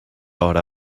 hora